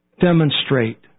demonstrate